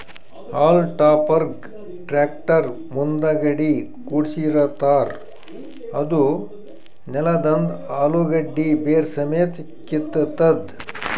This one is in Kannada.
ಹಾಲ್ಮ್ ಟಾಪರ್ಗ್ ಟ್ರ್ಯಾಕ್ಟರ್ ಮುಂದಗಡಿ ಕುಡ್ಸಿರತಾರ್ ಅದೂ ನೆಲದಂದ್ ಅಲುಗಡ್ಡಿ ಬೇರ್ ಸಮೇತ್ ಕಿತ್ತತದ್